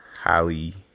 Holly